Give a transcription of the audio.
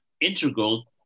integral